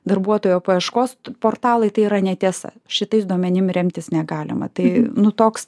darbuotojų paieškos portalai tai yra netiesa šitais duomenim remtis negalima tai nu toks